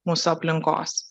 mūsų aplinkos